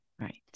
Right